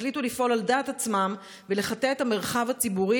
החליטו לפעול על דעת עצמם ולחטא את המרחב הציבורי